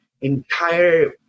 entire